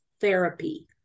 therapy